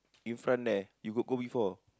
in front there you got go before